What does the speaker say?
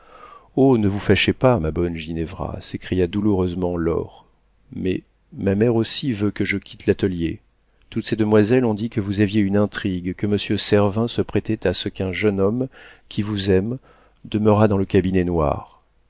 oh ne vous fâchez pas ma bonne ginevra s'écria douloureusement laure mais ma mère aussi veut que je quitte l'atelier toutes ces demoiselles ont dit que vous aviez une intrigue que monsieur servin se prêtait à ce qu'un jeune homme qui vous aime demeurât dans le cabinet noir